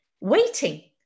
waiting